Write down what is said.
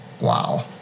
wow